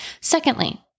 Secondly